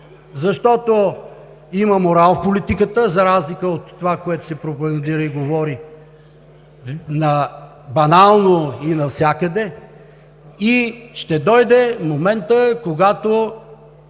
защото има морал в политиката, за разлика от това, което се пропагандира и говори банално и навсякъде, и ще дойде моментът, когато